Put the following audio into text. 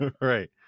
right